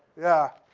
yeah.